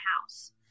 house